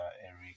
Eric